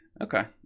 Okay